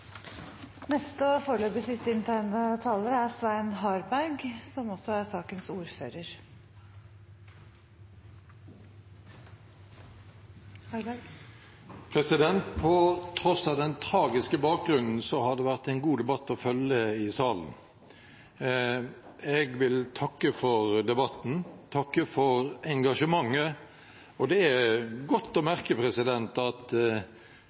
På tross av den tragiske bakgrunnen har det vært en god debatt å følge i salen. Jeg vil takke for debatten og for engasjementet. Det er godt å merke at